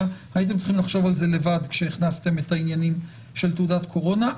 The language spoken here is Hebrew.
הייתם צריכים לחשוב על זה לבד כשהכנסתם את העניינים של תעודת קורונה,